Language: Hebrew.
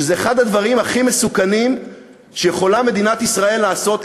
שזה אחד הדברים הכי מסוכנים שיכולה מדינת ישראל לעשות,